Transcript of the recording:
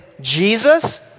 Jesus